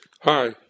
hi